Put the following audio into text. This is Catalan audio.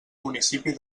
municipi